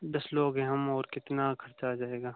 दस लोग हैं हम और कितना ख़र्च आ जाएगा